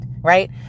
right